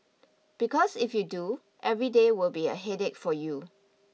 because if you do every day will be a headache for you